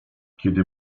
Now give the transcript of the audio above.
kiedy